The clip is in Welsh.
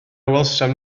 welsom